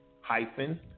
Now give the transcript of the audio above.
hyphen